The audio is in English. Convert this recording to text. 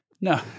No